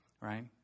right